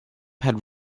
had